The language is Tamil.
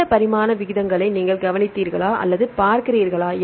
இந்த பரிணாம விகிதங்களை நீங்கள் கவனிக்கிறீர்களா அல்லது பார்க்கிறீர்களா